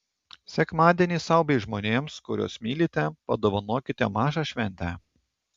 sekmadienį sau bei žmonėms kuriuos mylite padovanokite mažą šventę